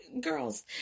Girls